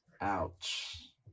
Ouch